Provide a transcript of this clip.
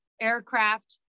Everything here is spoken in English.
aircraft